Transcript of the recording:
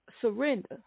surrender